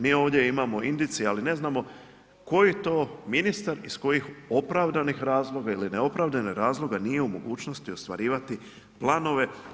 Mi ovdje imamo indicije ali ne znamo koji to ministar iz kojih opravdanih razloga ili neopravdanih razloga nije u mogućnosti ostvarivati planove.